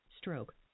stroke